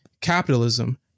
capitalism